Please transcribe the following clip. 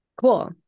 cool